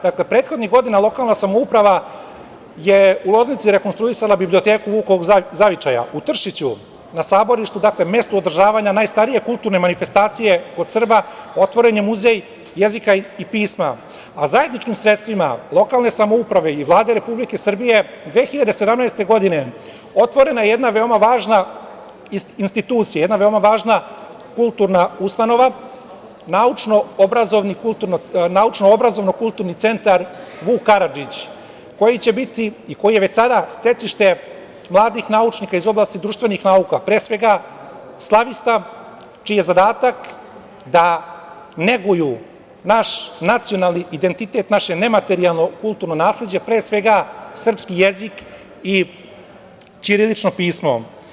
Dakle, prethodnih godina lokalna samouprava je u Loznici rekonstruisala biblioteku Vukovog zavičaja u Tršiću na saborištu, dakle mestu odražavanja najstarije kulturne manifestacije kod Srba, otvoren je Muzej jezika i pisma, a zajedničkim sredstvima lokalne samouprave i Vlade Republike Srbije 2017. godine otvorena je jedna veoma važna institucija, jedna veoma važna kulturna ustanova Naučno-obrazovno kulturni centar „Vuk Karadžić“, koji će biti i koji je već sada stecište mladih naučnika iz oblasti društvenih nauka, pre svega slavista čiji je zadatak da neguju naš nacionalni identitet, naše nematerijalno kulturno nasleđe, pre svega srpski jezik i ćirilično pismo.